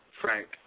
Frank